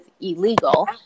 illegal